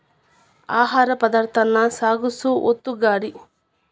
ಆಹಾರ ಪದಾರ್ಥಾನ ಸಾಗಸು ಒತ್ತುಗಾಡಿ